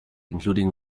including